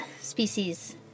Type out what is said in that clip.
species